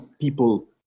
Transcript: people